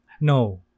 No